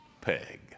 peg